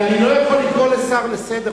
אני לא יכול לקרוא לשר לסדר,